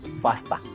faster